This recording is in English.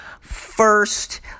First